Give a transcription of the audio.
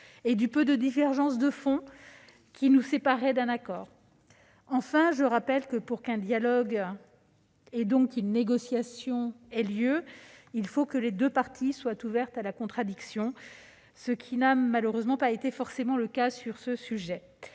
et du peu de divergences de fond qui nous séparaient d'un accord. Enfin, je rappelle que, pour qu'un dialogue, et donc une négociation, ait lieu, il faut que les deux parties soient ouvertes à la contradiction, ce qui n'a malheureusement pas été le cas sur ce sujet.